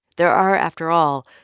there are, after all,